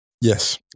Yes